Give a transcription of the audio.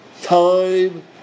time